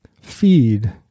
feed